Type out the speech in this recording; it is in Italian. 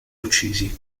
uccisi